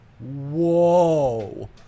Whoa